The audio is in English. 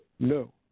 No